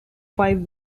five